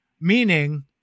meaning